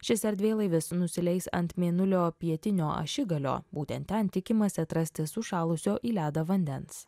šis erdvėlaivis nusileis ant mėnulio pietinio ašigalio būtent ten tikimasi atrasti sušalusio į ledą vandens